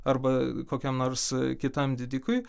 arba kokiam nors kitam didikui